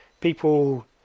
people